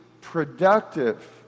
productive